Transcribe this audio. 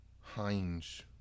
Heinz